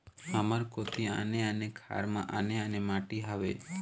हमर कोती आने आने खार म आने आने माटी हावे?